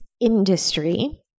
industry